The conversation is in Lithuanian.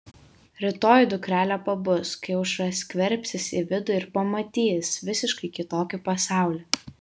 rytoj dukrelė pabus kai aušra skverbsis į vidų ir pamatys visiškai kitokį pasaulį